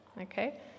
Okay